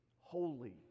holy